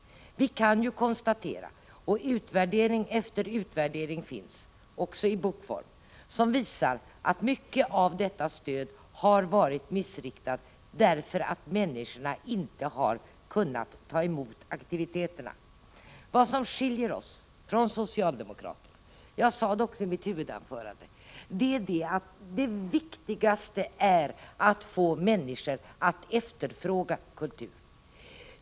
Vi kan konstatera att — utvärdering efter utvärdering, också i bokform, visar detta — mycket av detta stöd har varit missriktat, när människor inte har kunnat ta emot aktiviteterna. Vad som skiljer oss moderater från socialdemokraterna — jag sade det också i mitt huvudanförande — är att det viktigaste är att få människor att efterfråga kultur.